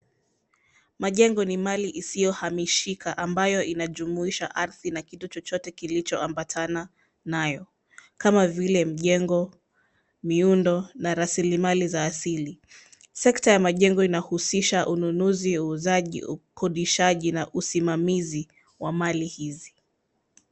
Majengo ni mali isiyohamishika ambayo inajumuisha ardhi na kitu chochote kilichoambatana nayo kama vile mjengo, miundo na rasilimali za asili. Sekta ya majengo inahusisha ununuzi, uuzaji, ukodishaji na usimamizi wa mali hizi.